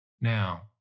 now